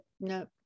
No